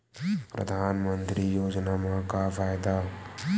परधानमंतरी योजना म का फायदा?